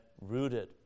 rooted